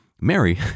Mary